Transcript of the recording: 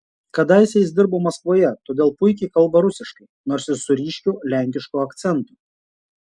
kadaise jis dirbo maskvoje todėl puikiai kalba rusiškai nors ir su ryškiu lenkišku akcentu